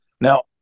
now